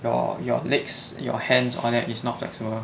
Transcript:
your your legs your hands all that is not flexible